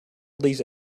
these